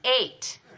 eight